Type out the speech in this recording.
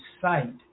site